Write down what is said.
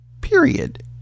Period